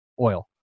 oil